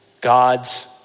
God's